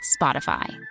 Spotify